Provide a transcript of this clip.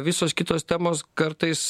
visos kitos temos kartais